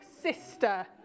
sister